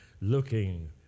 looking